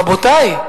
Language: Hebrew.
רבותי,